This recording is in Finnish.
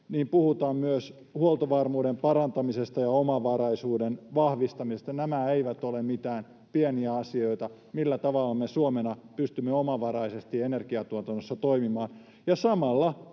niin puhutaan myös huoltovarmuuden parantamisesta ja omavaraisuuden vahvistamisesta. Nämä eivät ole mitään pieniä asioita, millä tavalla me Suomena pystymme omavaraisesti energiatuotannossa toimimaan.